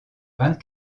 vingt